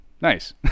Nice